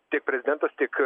tiek prezidentas tiek